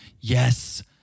yes